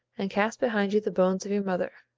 and cast behind you the bones of your mother.